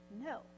no